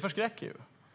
förskräcker ju.